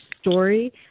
story